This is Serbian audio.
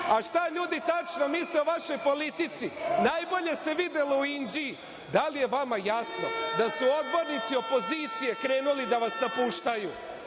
ljudi tačno misle o vašoj politici, najbolje se videlo u Inđiji. Da li je vama jasno da su odbornici opozicije krenuli da vas napuštaju?